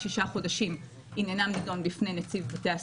שישה חודשים עניינם נדון בפני נציב בתי הסוהר,